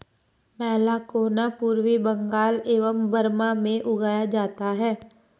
मैलाकोना पूर्वी बंगाल एवं बर्मा में उगाया जाता है